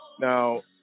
Now